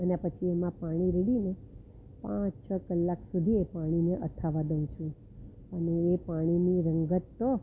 એના પછી એમાં પાણી રેડીને પાંચ કલાક સુધી એ પાણીને અથાવા દઉ છું અને એ પાણીની રંગત તો